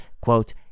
quote